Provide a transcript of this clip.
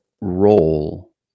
role